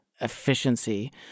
efficiency